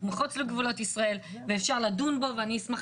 מחוץ לגבולות ישראל ואפשר לדון בו ואני אשמח